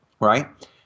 Right